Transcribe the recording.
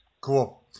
Cool